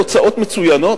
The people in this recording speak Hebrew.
תוצאות מצוינות?